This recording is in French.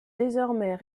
désormais